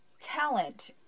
Talent